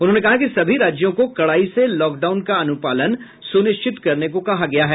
उन्होंने कहा कि सभी राज्यों को कड़ाई से लॉकडाउन का अनुपालन सुनिश्चित करने को कहा गया है